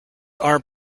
are